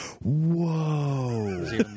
Whoa